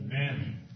Amen